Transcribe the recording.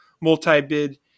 multi-bid